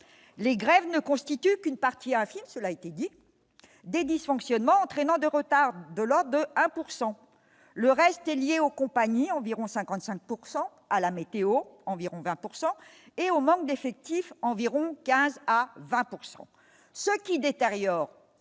les grèves ne constitue qu'une partie à un film, cela a été dit des dysfonctionnements entraînant de retards de l'ordre de 1 pourcent le reste est lié aux compagnies environ 55 pourcent à la météo, environ 20 pourcent et au manque d'effectifs, environ 15 à 20 pourcent ce qui détériore